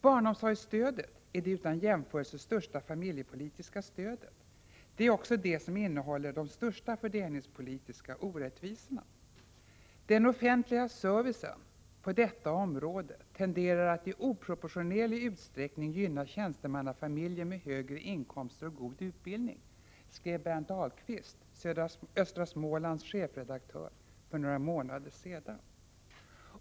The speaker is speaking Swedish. Barnomsorgsstödet är det utan jämförelse största familjepolitiska stödet. Det är också det som innehåller de största fördelningspolitiska orättvisorna. ”Den offentliga servicen på detta område tenderar att i oproportionerlig utsträckning gynna tjänstemannafamiljer med högre inkomster och god utbildning” skrev Bernt Ahlquist, Östra Smålands chefredaktör för några månader sedan.